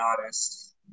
honest